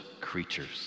creatures